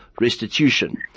restitution